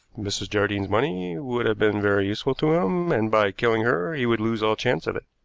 mrs. jardine's money would have been very useful to him, and by killing her he would lose all chance of it.